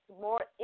more